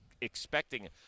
expecting